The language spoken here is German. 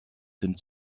sind